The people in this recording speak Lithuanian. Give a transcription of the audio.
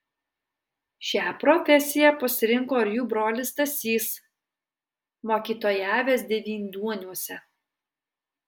šią profesiją pasirinko ir jų brolis stasys mokytojavęs devynduoniuose